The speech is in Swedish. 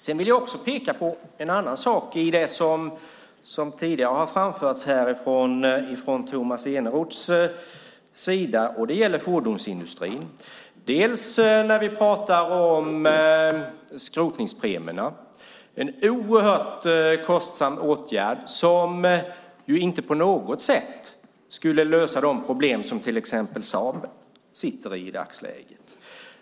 Jag vill peka på en annan sak i det som tidigare har framförts från Tomas Eneroths sida, nämligen om fordonsindustrin. Vi pratar om skrotningspremierna. Det är en oerhört kostsam åtgärd som inte på något sätt skulle lösa de problem som till exempel Saab sitter med i dagsläget.